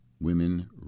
Women